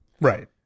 Right